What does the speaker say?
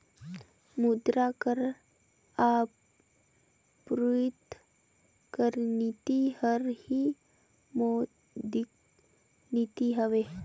मुद्रा कर आपूरति कर नीति हर ही मौद्रिक नीति हवे